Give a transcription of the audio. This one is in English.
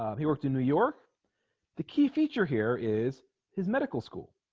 um he worked in new york the key feature here is his medical school